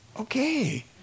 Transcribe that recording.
okay